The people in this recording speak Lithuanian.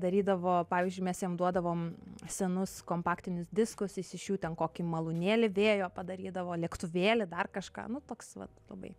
darydavo pavyzdžiui mes jam duodavom senus kompaktinius diskus jis iš jų ten kokį malūnėlį vėjo padarydavo lėktuvėlį dar kažką nu toks vat labai